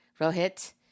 Rohit